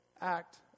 act